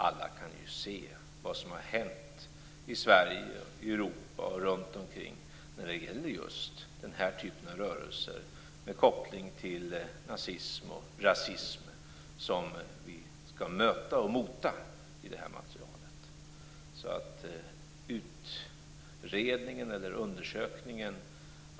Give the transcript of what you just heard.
Alla kan dock se vad som har hänt vad gäller de rörelser med koppling till nazism och rasism - i Sverige, i Europa och på andra håll - som vi skall bemöta i det här materialet.